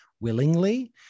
willingly